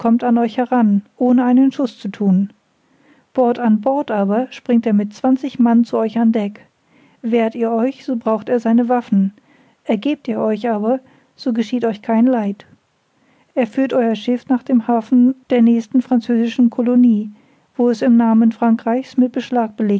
an euch heran ohne einen schuß zu thun bord an bord aber springt er mit zwanzig mann zu euch an deck wehrt ihr euch so braucht er seine waffen ergebt ihr euch aber so geschieht euch kein leid er führt euer schiff nach dem hafen der nächsten französischen colonie wo es im namen frankreich's mit beschlag